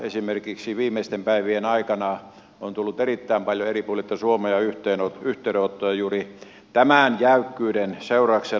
esimerkiksi viimeisten päivien aikana on tullut erittäin paljon eri puolilta suomea yhteydenottoja juuri tämän jäykkyyden seurauksena